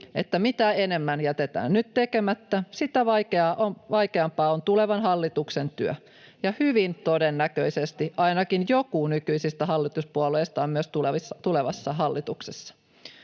mitä enemmän jätetään nyt tekemättä, sitä vaikeampaa on tulevan hallituksen työ. [Hilkka Kempin välihuuto] Ja hyvin todennäköisesti ainakin joku nykyisistä hallituspuolueista on myös tulevassa hallituksessa.